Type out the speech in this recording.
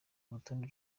urutonde